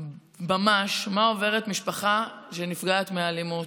ממש מה עוברת משפחה שנפגעת מאלימות.